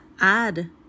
add